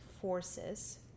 forces